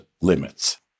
limits